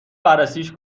بررسیش